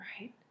right